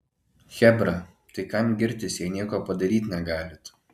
chebra tai kam girtis jei nieko padaryt negalit